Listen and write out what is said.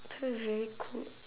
very cool